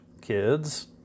kids